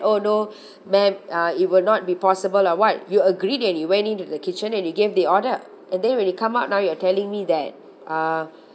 oh no ma'am uh it will not be possible or what you agreed and you went into the kitchen and you gave the order and then when you come out now you're telling me that uh